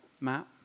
Matt